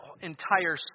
entire